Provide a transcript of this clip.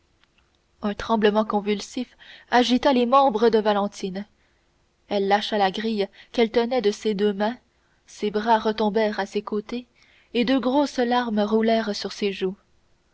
un tremblement convulsif agita les membres de valentine elle lâcha la grille qu'elle tenait de ses deux mains ses bras retombèrent à ses côtés et deux grosses larmes roulèrent sur ses joues